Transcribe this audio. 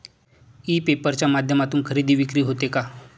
E paper च्या माध्यमातून खरेदी विक्री होते का?